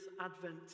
Advent